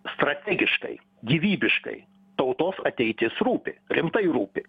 strategiškai gyvybiškai tautos ateitis rūpi rimtai rūpi